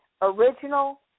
Original